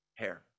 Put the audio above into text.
hair